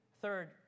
Third